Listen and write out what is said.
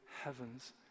heavens